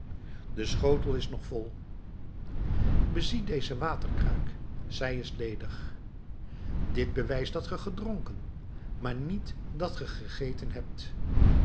de schotel is nog vol bezie deze waterkruik zij is ledig dit bewijst dat ge gedronken maar niet dat ge gegeten hebt